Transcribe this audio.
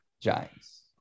Giants